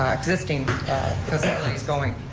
existing facilities going.